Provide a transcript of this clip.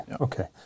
Okay